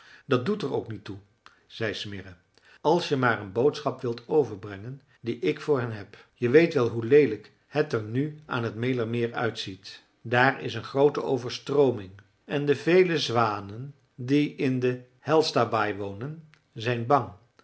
dat doet er ook niet toe zei smirre als je maar een boodschap wilt overbrengen die ik voor hen heb je weet wel hoe leelijk het er nu aan het mälermeer uitziet daar is een groote overstrooming en de vele zwanen die in de hjälstabaai wonen zijn bang